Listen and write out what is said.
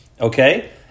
okay